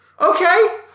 okay